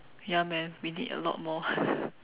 ya man we need a lot more